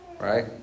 Right